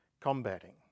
combating